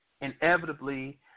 inevitably